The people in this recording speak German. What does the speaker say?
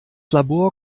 labor